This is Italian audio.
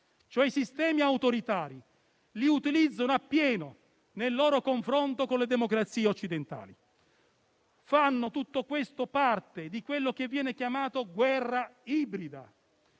cioè i sistemi autoritari, li utilizzano appieno nel loro confronto con le democrazie occidentali. Tutto questo fa parte di quello che viene chiamato guerra ibrida.